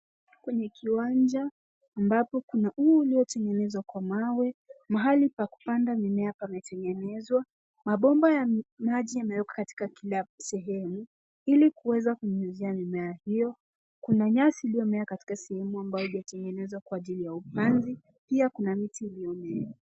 Kwenye kiwanja ambapo kuna huu iliotengenezwa kwa mawe, mahali pa kupanda mimea pametengenezwa, mabomba ya maji imewekwa katika kila sehemu ili kuweza kunyunyisia mimea hio, kuna nyasi iliomea katika sehemu hilo imetengenezwa kwa ajili ya upanzi pia kuna miti.